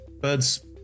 birds